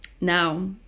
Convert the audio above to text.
Now